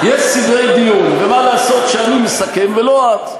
יש סדרי דיון, ומה לעשות שאני מסכם ולא את.